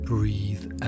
Breathe